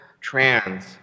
trans